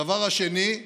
הדבר השני,